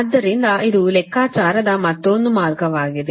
ಆದ್ದರಿಂದ ಇದು ಲೆಕ್ಕಾಚಾರದ ಮತ್ತೊಂದು ಮಾರ್ಗವಾಗಿದೆ